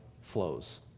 flows